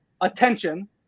attention